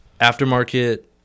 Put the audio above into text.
aftermarket